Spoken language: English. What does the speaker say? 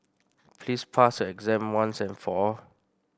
please pass your exam once and for all